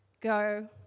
go